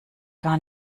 gar